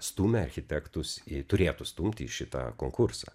stumia architektus į turėtų stumti į šitą konkursą